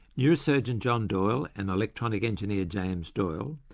neurosurgeon john doyle and electronic engineer james doyle,